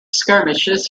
skirmishes